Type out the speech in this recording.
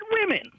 women